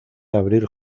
abril